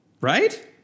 right